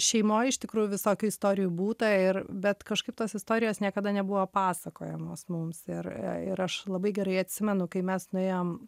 šeimoj iš tikrųjų visokių istorijų būta ir bet kažkaip tos istorijos niekada nebuvo pasakojamos mums ir ir aš labai gerai atsimenu kai mes nuėjom